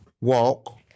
walk